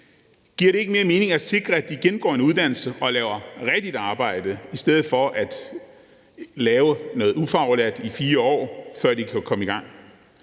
Giver det ikke mere mening at sikre, at de gennemgår en uddannelse og laver rigtigt arbejde i stedet for at lave noget ufaglært i 4 år, før de kan komme i gang?